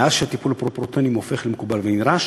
מאז הפך הטיפול בפרוטונים למקובל ונדרש.